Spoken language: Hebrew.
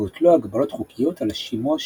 והוטלו הגבלות חוקיות על השימוש